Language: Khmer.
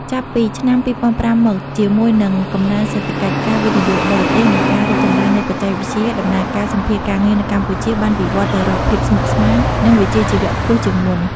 ចាប់ពីឆ្នាំ ២០០៥ មក ជាមួយនឹងកំណើនសេដ្ឋកិច្ច ការវិនិយោគបរទេស និងការរីកចម្រើននៃបច្ចេកវិទ្យា ដំណើរការសម្ភាសន៍ការងារនៅកម្ពុជាក៏បានវិវត្តន៍ទៅរកភាពស្មុគស្មាញ និងវិជ្ជាជីវៈខ្ពស់ជាងមុន។